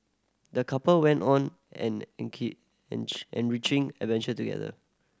the couple went on an enrich enriching adventure together